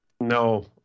No